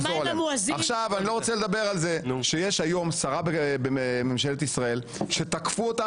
אני לא רוצה לדבר על זה שיש היום שרה בממשלת ישראל שתקפו אותה